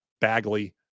Bagley